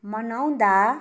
मनाउँदा